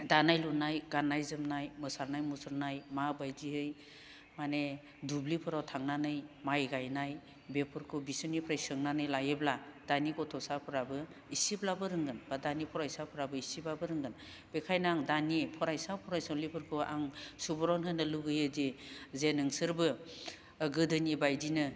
दानाय लुनाय गाननाय जोमनाय मोसानाय मुसुरनाय माबायदियै माने दुब्लिफोराव थांनानै माइ गायनाय बेफोरखौ बिसोरनिफ्राय सोंनानै लायोब्ला दानि गथ'साफोराबो इसेब्लाबो रोंगोन बा दानि फरायसाफोराबो इसेब्लाबो रोंगोन बेखायनो आं दानि फरायसा फरायसुलिफोरखौ आं सुबुरन होनो लुबैयो दि जे नोंसोरबो गोदोनि बायदिनो